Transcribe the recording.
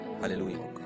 Hallelujah